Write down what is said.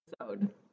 episode